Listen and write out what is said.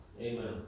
Amen